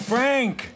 Frank